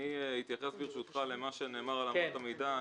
אתייחס, ברשותך, אל מה שנאמר על אמות המידה.